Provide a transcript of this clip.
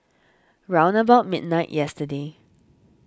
round about midnight yesterday